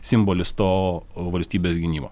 simbolis to valstybės gynimo